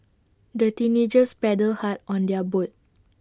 the teenagers paddled hard on their boat